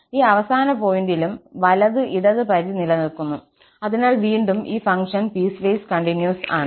ഈ അവസാന പോയിന്റിലും വലത് ഇടത് പരിധി നിലനിൽക്കുന്നു അതിനാൽ വീണ്ടും ഈ ഫംഗ്ഷൻ പീസ്വേസ് കണ്ടിന്യൂസ് ആണ്